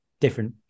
different